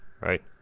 right